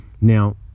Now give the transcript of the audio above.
now